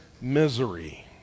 misery